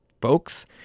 folks